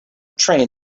train